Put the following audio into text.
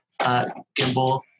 Gimbal